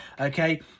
Okay